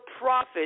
profit